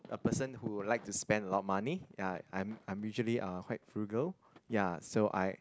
a person who will like to spend a lot of money ya I'm I'm usually uh quite frugal ya so I